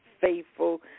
faithful